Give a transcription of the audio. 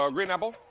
um green apple,